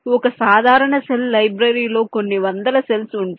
ఒక సాధారణ సెల్ లైబ్రరీలో కొన్ని వందల సెల్స్ ఉంటాయి